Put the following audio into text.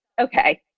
okay